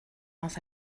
los